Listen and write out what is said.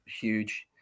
huge